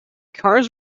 cars